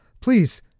please